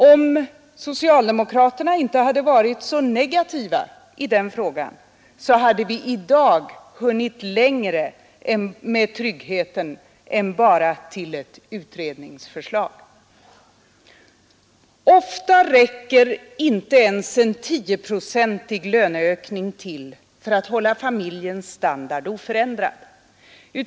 Om socialdemokraterna inte hade varit så negativa i den frågan, så hade vi i dag hunnit längre med tryggheten än bara till ett utredningsförslag. Ofta räcker inte ens en 10-procentig löneökning till för att hålla familjens standard oförändrad.